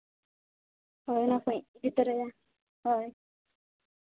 ᱦᱳᱭ ᱚᱱᱟ ᱠᱚᱧ ᱤᱫᱤ ᱛᱟᱨᱟᱭᱟ ᱦᱳᱭ